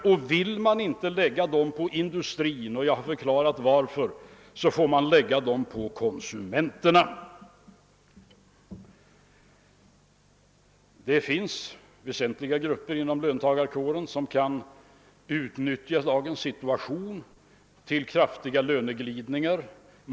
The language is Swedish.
Och vill man inte lägga dem på industrin — och jag har förklarat varför vi inte vill det — får man lägga dem på konsumenterna. Det finns väsentliga grupper inom löntagarkåren som kan utnyttja dagens situation till att kräva kraftiga löneglidningar.